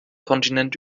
kontinent